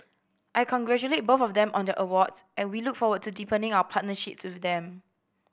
I congratulate both of them on their awards and we look forward to deepening our partnerships with them